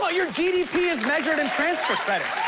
but your gdp is measured in transfer credits.